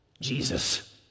jesus